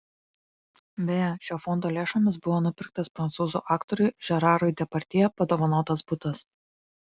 beje šio fondo lėšomis buvo nupirktas prancūzų aktoriui žerarui depardjė padovanotas butas